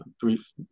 brief